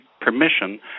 permission